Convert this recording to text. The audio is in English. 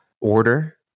order